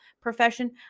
profession